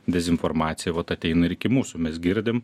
dezinformacija vat ateina ir iki mūsų mes girdim